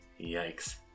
Yikes